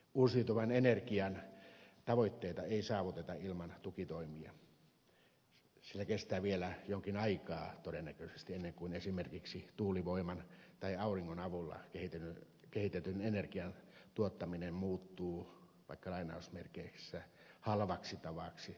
uusiutuvan energian tavoitteita ei saavuteta ilman tukitoimia sillä kestää todennäköisesti vielä jonkin aikaa ennen kuin esimerkiksi tuulivoiman tai auringon avulla kehitetyn energian tuottaminen muuttuu lainausmerkeissä sanottuna halvaksi tavaksi tuottaa energiaa